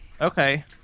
Okay